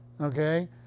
Okay